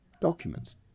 documents